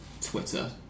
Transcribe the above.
Twitter